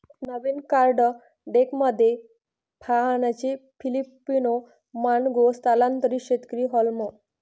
नवीन card डेकमध्ये फाहानचे Filipino manong स्थलांतरित शेतकरी हार्लेम